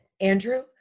Andrew